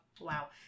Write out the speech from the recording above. wow